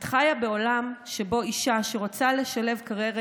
את חיה בעולם שבו אישה שרוצה לשלב קריירה